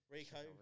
Rico